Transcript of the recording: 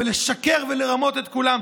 לשקר ולרמות את כולם,